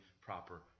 proper